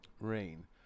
rain